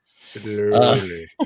Slowly